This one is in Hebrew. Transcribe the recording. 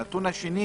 הנתון השני,